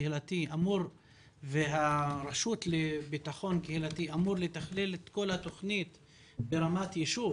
קהילתי והרשות לביטחון קהילתי אמורים לתכלל את כל התוכנית ברמת ישוב